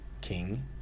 King